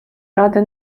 ради